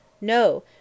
No